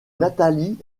nathalie